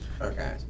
Okay